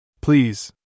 Please